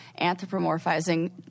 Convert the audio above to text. Anthropomorphizing